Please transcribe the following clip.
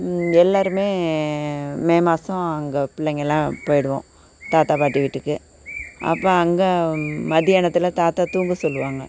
எல்லாருமே மே மாதம் அங்கே பிள்ளைங்கெல்லாம் போய்டுவோம் தாத்தா பாட்டி வீட்டுக்கு அப்போ அங்கே மதியானத்தில் தாத்தா தூங்க சொல்லுவாங்க